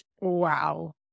wow